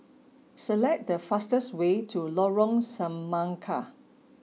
select the fastest way to Lorong Semangka